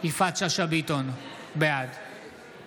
יפעת שאשא ביטון, בעד